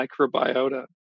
microbiota